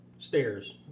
stairs